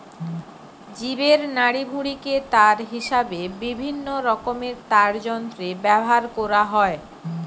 জীবের নাড়িভুঁড়িকে তার হিসাবে বিভিন্নরকমের তারযন্ত্রে ব্যাভার কোরা হয়